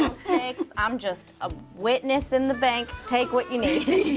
i'm just a witness in the bank, take what you know